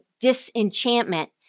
disenchantment